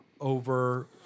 over